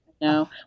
no